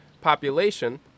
population